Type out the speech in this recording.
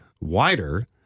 wider